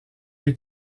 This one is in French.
l’ai